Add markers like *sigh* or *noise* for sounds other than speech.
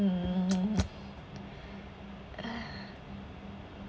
mm *noise* *noise* ah